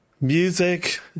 Music